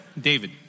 David